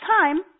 time